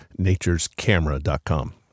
naturescamera.com